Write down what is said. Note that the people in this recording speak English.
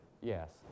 yes